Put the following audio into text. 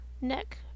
neck